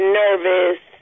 nervous